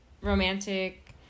romantic